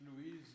Louise